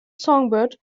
songbird